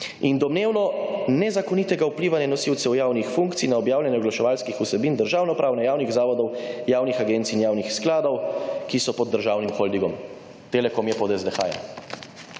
in domnevno nezakonitega vplivanja nosilcev javnih funkcij na objavljanje oglaševalskih vsebin državne uprave, javnih zavodov, javnih agencij in javnih skladov, ki so pod državnim holdingom. Telekom je pod SDH.